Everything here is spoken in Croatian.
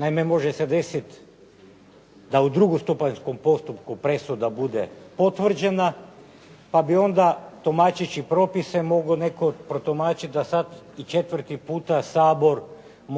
Naime, može se desit da u drugostupanjskom postupku presuda bude potvrđena pa bi onda, tumačeći propise, mogao netko protumačiti da sad i četvrti puta Sabor